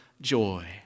joy